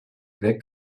crec